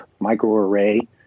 microarray